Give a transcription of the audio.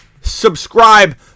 Subscribe